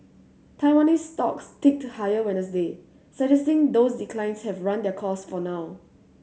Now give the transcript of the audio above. Taiwanese stocks ticked higher Wednesday suggesting those declines have run their course for now